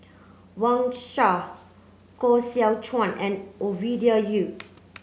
Wang Sha Koh Seow Chuan and Ovidia Yu